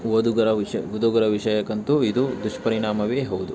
ಓದುಗರ ವಿಷಯ ಓದುಗರ ವಿಷಯಕ್ಕಂತೂ ಇದು ದುಷ್ಪರಿಣಾಮವೇ ಹೌದು